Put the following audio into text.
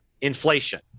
inflation